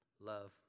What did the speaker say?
love